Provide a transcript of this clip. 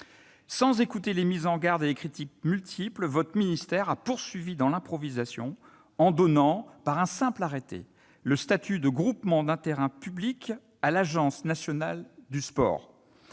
Sans écouter les mises en garde et les critiques multiples, votre ministère a poursuivi dans l'improvisation en donnant, par un simple arrêté, le statut de groupement d'intérêt public à l'Agence nationale du sport.